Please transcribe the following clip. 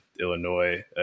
Illinois